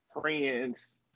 friends